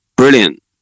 Brilliant